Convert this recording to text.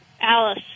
Alice